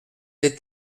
les